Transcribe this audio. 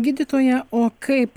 gydytoja o kaip